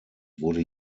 wurde